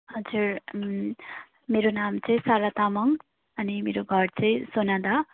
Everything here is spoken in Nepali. हजुर मेरो नाम चाहिँ सारा तामाङ अनि मेरो घर चाहिँ सोनादा